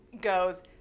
Goes